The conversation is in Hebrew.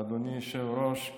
ואדוני היושב-ראש,